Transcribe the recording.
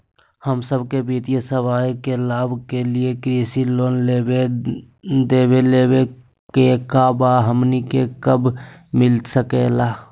हम सबके वित्तीय सेवाएं के लाभ के लिए कृषि लोन देवे लेवे का बा, हमनी के कब मिलता सके ला?